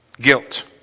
Guilt